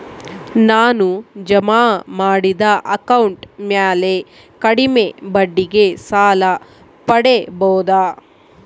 ನಾನು ಜಮಾ ಮಾಡಿದ ಅಕೌಂಟ್ ಮ್ಯಾಲೆ ಕಡಿಮೆ ಬಡ್ಡಿಗೆ ಸಾಲ ಪಡೇಬೋದಾ?